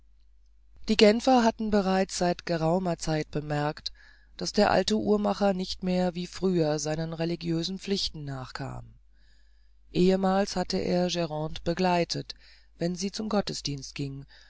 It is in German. die genfer hatten bereits seit geraumer zeit bemerkt daß der alte uhrmacher nicht mehr wie früher seinen religiösen pflichten nachkam ehemals hatte er grande begleitet wenn sie zum gottesdienst ging